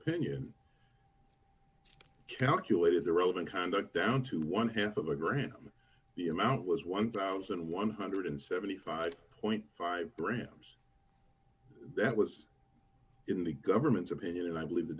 opinion calculated the relevant conduct down to one half of the grant on the amount was one thousand one hundred and seventy five five grams that was in the government's opinion and i believe the